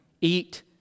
eat